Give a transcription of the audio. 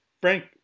Frank